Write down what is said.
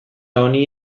honi